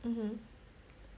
mmhmm